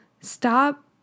stop